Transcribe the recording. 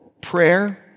Prayer